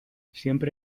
siempre